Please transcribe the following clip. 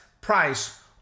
price